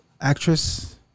actress